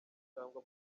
cyangwa